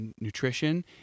nutrition